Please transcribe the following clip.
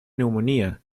neumonía